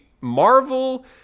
Marvel